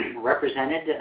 represented